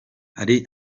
hari